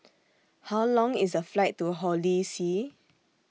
How Long IS The Flight to Holy See